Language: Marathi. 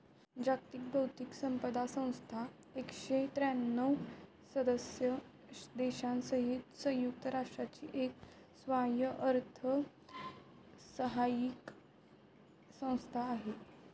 जागतिक बौद्धिक संपदा संस्था एकशे त्र्यांणव सदस्य देशांसहित संयुक्त राष्ट्रांची एक स्वयंअर्थसहाय्यित संस्था आहे